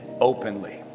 openly